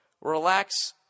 Relax